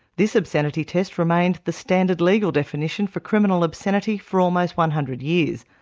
this obscenity test remained the standard legal definition for criminal obscenity for almost one hundred years,